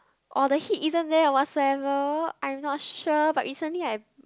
or the heat isn't there whatsoever I'm not sure but recently I